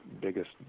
biggest